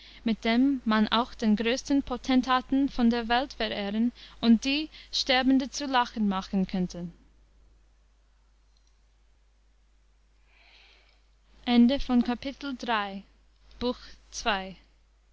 mit dem man auch den größten potentaten von der welt verehren und die sterbende zu lachen machen könnte